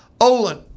Olin